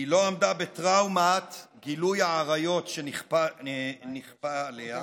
היא לא עמדה בטראומת גילוי העריות שנכפה עליה,